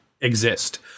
exist